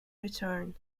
return